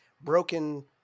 broken